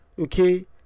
Okay